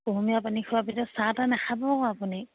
কুহুমীয়া পানী খোৱাৰ পিছত চাহ তাহ নাখাব আকৌ আপুনি